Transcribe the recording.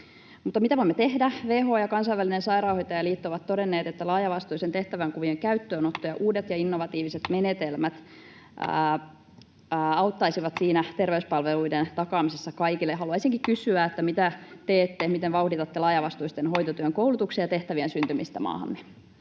Mitä voimme tehdä? WHO ja kansainvälinen sairaanhoitajaliitto ovat todenneet, että laajavastuisten tehtävänkuvien käyttöönotto ja uudet ja innovatiiviset menetelmät auttaisivat terveyspalveluiden takaamisessa kaikille. Haluaisinkin kysyä, mitä teette, ja miten vauhditatte laajavastuisten hoitotyön koulutuksen ja tehtävien syntymistä maahamme.